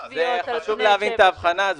חשוב להבין את הבחנה הזאת,